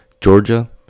Georgia